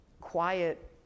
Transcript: quiet